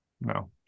No